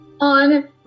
on